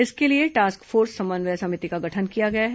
इसके लिए task force समन्वय समिति का गठन किया गया है